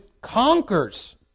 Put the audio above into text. conquers